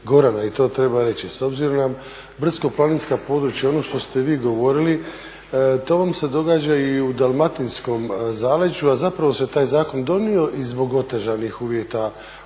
Gorana i to treba reći. S obzirom na brdsko-planinska područja i ono što ste vi govorili, to vam se događa i u Dalmatinskom zaleđu a zapravo se taj zakon donio i zbog otežanih uvjeta